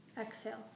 Exhale